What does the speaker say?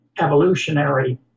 evolutionary